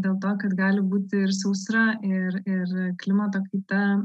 dėl to kad gali būti ir sausra ir ir klimato kaita